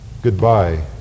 Goodbye